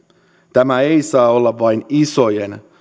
tämä ei saa olla vain isojen